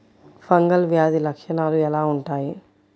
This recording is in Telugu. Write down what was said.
ఫంగల్ వ్యాధి లక్షనాలు ఎలా వుంటాయి?